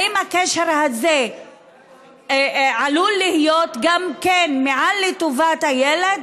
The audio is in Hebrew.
האם הקשר הזה עלול להיות גם כן מעל לטובת הילד?